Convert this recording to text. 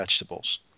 vegetables